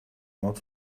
not